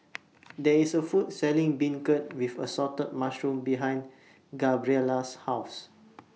There IS A Food Selling Beancurd with Assorted Mushrooms behind Gabriella's House